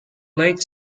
late